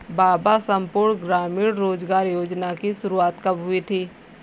बाबा संपूर्ण ग्रामीण रोजगार योजना की शुरुआत कब हुई थी?